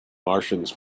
martians